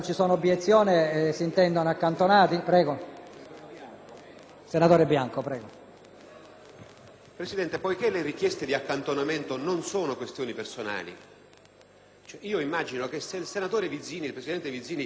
Presidente, poiché le richieste di accantonamento non sono questioni personali, immagino che se il senatore Vizzini richiede un accantonamento per una discussione politica, l'Assemblea, e in particolare i colleghi della Commissione che hanno